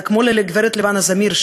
כמו לבנה זמיר,